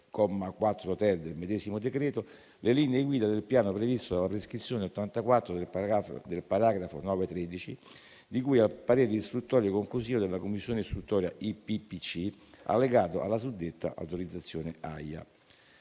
le linee guida del piano previsto dalla prescrizione 84 del paragrafo 9.13, di cui al parere istruttorio conclusivo della commissione istruttoria IPPC, allegato alla suddetta autorizzazione AIA.